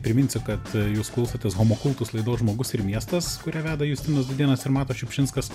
priminsiu kad jūs klausotės homu cultus laidos žmogus ir miestas kurią veda justinas dūdėnas ir matas šiupšinskas